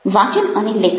વાચન અને લેખન